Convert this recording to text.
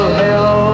hell